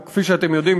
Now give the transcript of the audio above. כפי שאתם יודעים,